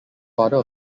father